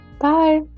bye